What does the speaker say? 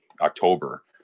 October